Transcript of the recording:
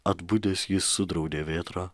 atbudęs jis sudraudė vėtrą